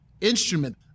instrument